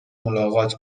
ملاقات